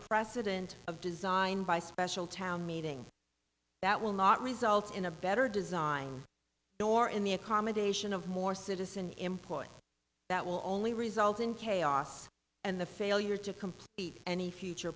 precedent of design by special town meeting that will not result in a better design nor in the accommodation of more citizen imports that will only result in chaos and the failure to complete any future